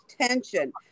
tension